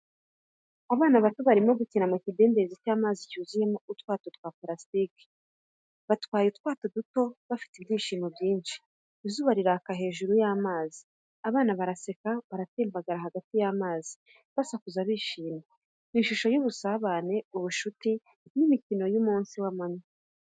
Abana bato barimo gukina mu kidendezi cy'amazi cyuzuyemo utwato twa purasitike, batwaye utwato duto bafite ibyishimo byinshi. Izuba riraka hejuru y’amazi, abana baraseka, baratembagara hagati y’amazi, basakuza bishimye. Ni ishusho y’ubusabane, ubushuti, n’imikino y’umunsi w’amanywa.